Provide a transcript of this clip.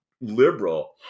liberal